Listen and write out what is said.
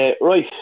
Right